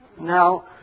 Now